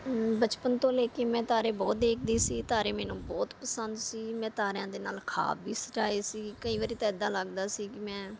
ਬਚਪਨ ਤੋਂ ਲੈ ਕੇ ਮੈਂ ਤਾਰੇ ਬਹੁਤ ਦੇਖਦੀ ਸੀ ਤਾਰੇ ਮੈਨੂੰ ਬਹੁਤ ਪਸੰਦ ਸੀ ਮੈਂ ਤਾਰਿਆਂ ਦੇ ਨਾਲ ਖਾਬ ਵੀ ਸਜਾਏ ਸੀ ਕਈ ਵਾਰੀ ਤਾਂ ਇੱਦਾਂ ਲੱਗਦਾ ਸੀ ਕਿ ਮੈਂ